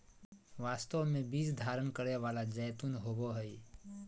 वास्तव में बीज धारण करै वाला जैतून होबो हइ